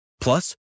Plus